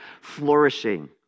flourishing